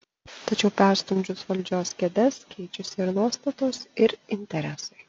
tačiau perstumdžius valdžios kėdes keičiasi ir nuostatos ir interesai